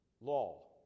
law